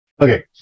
Okay